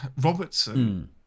robertson